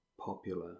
popular